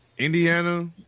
Indiana